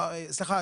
סליחה,